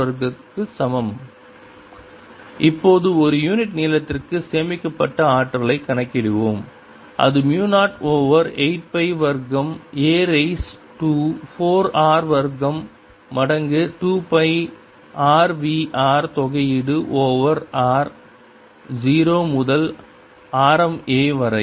r Energyvolume12002r242a4082a4r2 இப்போது ஒரு unit நீளத்திற்கு சேமிக்கப்பட்ட ஆற்றலைக் கணக்கிடுவோம் அது மு 0 ஓவர் 8 பை வர்க்கம் a ரீஸ் டூ 4 r வர்க்கம் மடங்கு 2 பை r v r தொகையீடு ஓவர் r 0 முதல் ஆரம் a வரை